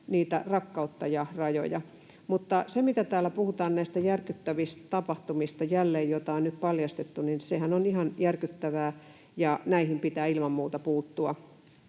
rakkautta ja rajoja. Se, mitä täällä puhutaan näistä järkyttävistä tapahtumista jälleen, joita on nyt paljastettu, on ihan järkyttävää, ja näihin pitää ilman muuta puuttua.